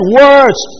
words